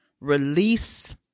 release